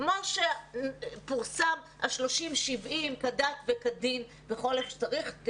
כמו שה-30/70 פורסמו כדת וכדין כמו שצריך,